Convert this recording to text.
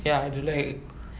ya I don't like